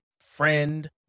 friend